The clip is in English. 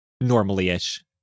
normally-ish